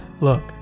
look